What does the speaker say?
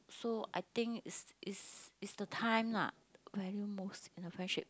so I think it's it's it's the time lah value most in the friendship